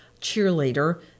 cheerleader